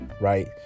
Right